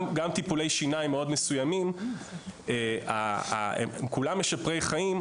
גם טיפולי שיניים מאוד מסוימים כולם משפרי חיים,